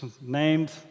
named